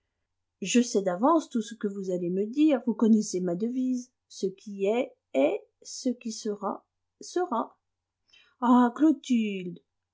je sais d'avance tout ce que vous allez me dire vous connaissez ma devise ce qui est est ce qui sera sera